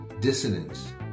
dissonance